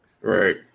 Right